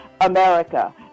America